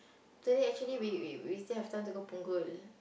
today actually we we we still have time to go Punggol